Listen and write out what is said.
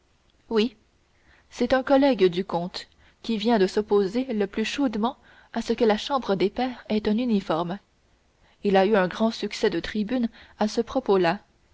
oui c'est un collègue du comte qui vient de s'opposer le plus chaudement à ce que la chambre des pairs ait un uniforme il a eu un grand succès de tribune à ce propos là